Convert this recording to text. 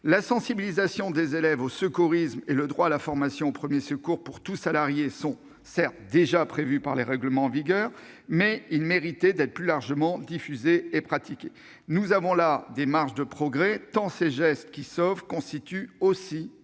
La sensibilisation des élèves au secourisme et le droit à la formation aux premiers secours pour tout salarié sont, certes, déjà prévus par les règlements en vigueur, mais ils mériteraient d'être plus largement diffusés et mis en oeuvre. Nous avons des marges de progrès, tant l'apprentissage de ces gestes constitue aussi